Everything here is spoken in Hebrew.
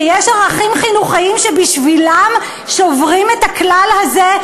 שיש ערכים חינוכיים שבשבילם שוברים את הכלל הזה,